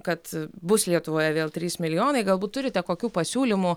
kad bus lietuvoje vėl trys milijonai galbūt turite kokių pasiūlymų